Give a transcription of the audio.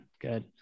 good